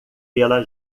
pela